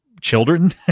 children